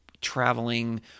traveling